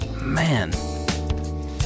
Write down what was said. Man